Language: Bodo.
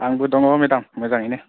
आंबो दङ मेडाम मोजाङैनो